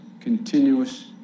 continuous